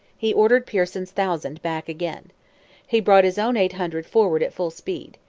he ordered pearson's thousand back again he brought his own eight hundred forward at full speed.